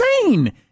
insane